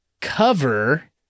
cover